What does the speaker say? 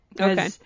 okay